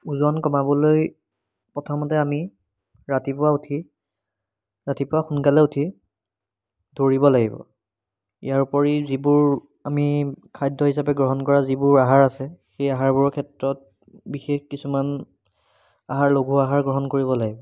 ওজন কমাবলৈ প্ৰথমতে আমি ৰাতিপুৱা উঠি ৰাতিপুৱা সোনকালে উঠি দৌৰিব লাগিব ইয়াৰ উপৰি যিবোৰ আমি খাদ্য হিচাপে গ্ৰহণ কৰা যিবোৰ আহাৰ আছে সেই আহাৰবোৰৰ ক্ষেত্ৰত বিশেষ কিছুমান আহাৰ লঘু আহাৰ গ্ৰহণ কৰিব লাগে